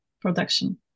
production